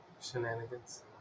Shenanigans